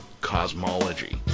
cosmology